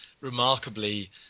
remarkably